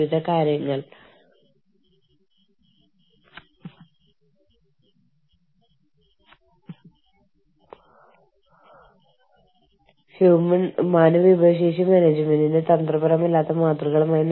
ആഗോളാടിസ്ഥാനത്തിൽ എങ്ങനെ റിക്രൂട്ട് ചെയ്യാമെന്നും അസൈൻ ചെയ്യാമെന്നും അറിയുക ഒപ്പം ജീവനക്കാരെ കഴിയുന്നത്ര സംതൃപ്തരാക്കുക